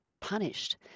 punished